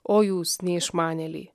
o jūs neišmanėliai